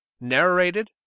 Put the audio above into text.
Narrated